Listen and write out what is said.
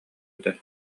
этэ